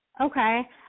Okay